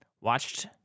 watched